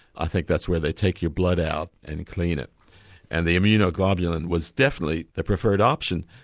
i think that's where they take your blood out and clean it and the immunoglobulin was definitely the preferred option.